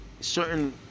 certain